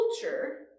culture